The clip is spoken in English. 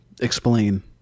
Explain